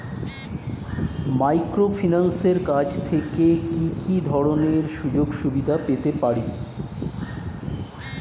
মাইক্রোফিন্যান্সের কাছ থেকে কি কি ধরনের সুযোগসুবিধা পেতে পারি?